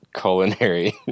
culinary